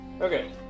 Okay